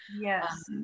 Yes